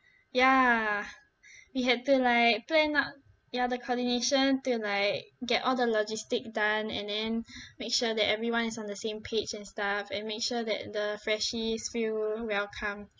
ya we had to like plan out ya the coordination to like get all the logistic done and then make sure that everyone is on the same page and stuff and make sure that the freshies feel welcome